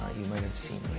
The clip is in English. you might have seen